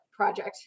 project